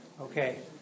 Okay